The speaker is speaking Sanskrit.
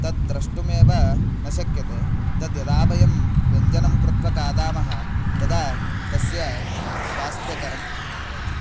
तद्द्रष्टुमेव न शक्यते तद्यदा वयं व्यञ्जनं कृत्वा खादामः तदा तस्य स्वास्थ्यकरं भवति